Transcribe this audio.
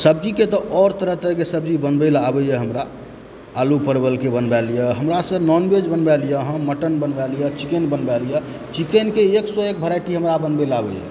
सब्जीके तऽ आओर तरह तरहकेँ सब्जी बनबै लऽ आबैए हमरा आलू परवलके बनवा लिअ हमरा से नॉनवेज बनवा लिअ अहाँ मटन बनवा लिअ चिकेन बनवा लिअ चिकेनके एकसे एक वेराइटी हमरा बनबय लऽ आबैए